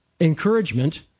encouragement